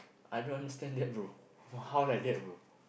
I don't understand that brother how like that brother